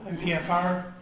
MPFR